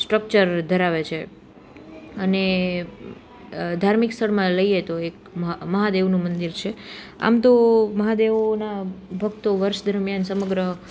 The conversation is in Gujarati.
સ્ટ્રક્ચર ધરાવે છે અને ધાર્મિક સ્થળમાં લઈએ તો એક મહાદેવનું મંદિર છે આમ તો મહાદેવના ભક્તો વર્ષ દરમિયાન સમગ્ર